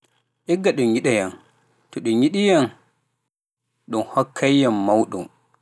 Yiɗeede walla hormeede ɓuri moƴƴude? Ngam ɗume?